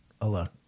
alone